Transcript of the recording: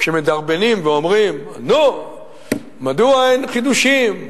כשמדרבנים ואומרים: מדוע אין חידושים,